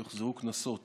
יוחזרו קנסות